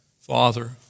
Father